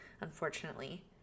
unfortunately